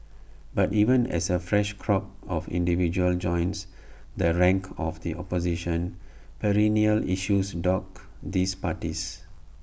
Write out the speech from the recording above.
but even as A fresh crop of individuals joins the ranks of the opposition perennial issues dog these parties